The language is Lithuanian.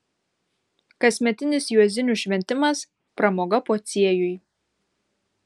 kasmetinis juozinių šventimas pramoga pociejui